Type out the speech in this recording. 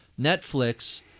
Netflix